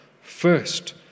First